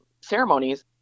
ceremonies